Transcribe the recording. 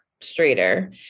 straighter